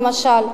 למשל.